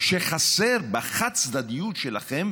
שחסר בחד-צדדיות שלכם